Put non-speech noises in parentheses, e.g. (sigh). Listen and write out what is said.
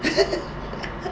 (laughs)